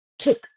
took